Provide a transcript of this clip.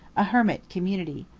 a hermit community.